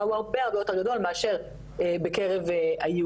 הוא הרבה יותר גדול מאשר בקרב היהודים.